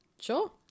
Sure